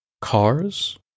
Cars